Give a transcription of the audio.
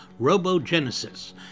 Robogenesis